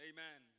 Amen